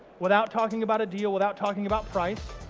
without talking about a deal, without talking about price,